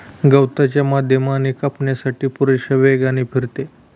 गवताच्या माध्यमाने कापण्यासाठी पुरेशा वेगाने फिरते